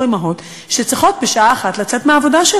אימהות שצריכים בשעה 13:00 לצאת מהעבודה.